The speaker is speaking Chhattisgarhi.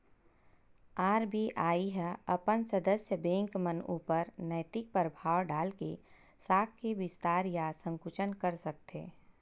आर.बी.आई ह अपन सदस्य बेंक मन ऊपर नैतिक परभाव डाल के साख के बिस्तार या संकुचन कर सकथे